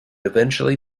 eventually